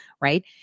right